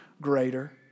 greater